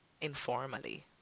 informally